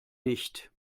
nicht